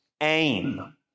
aim